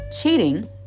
cheating